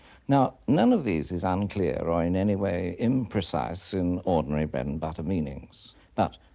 now none of these is um unclear or in any way imprecise in ordinary bread and butter meanings. but,